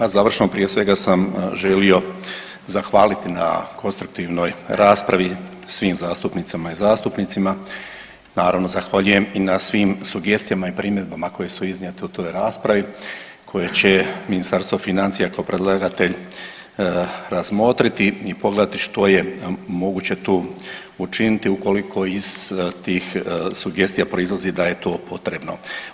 A završno prije svega sam želio zahvaliti na konstruktivnoj raspravi svim zastupnicama i zastupnicima, naravno zahvaljujem i na svim sugestijama i primjedbama koje su iznijete u toj raspravi koje će Ministarstvo financija kao predlagatelj razmotriti i pogledati što je moguće tu učiniti ukoliko iz tih sugestija proizlazi da je to potrebno.